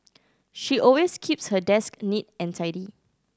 she always keeps her desk neat and tidy